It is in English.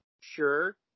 Sure